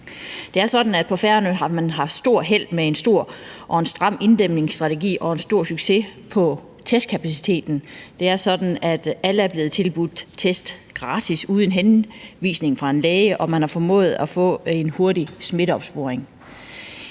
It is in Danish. på Færøerne har man haft stort held med en stram inddæmningsstrategi og stor succes på testkapaciteten. Det er sådan, at alle er blevet tilbudt test gratis uden henvisning fra en læge, og man har formået at få en hurtig smitteopsporing.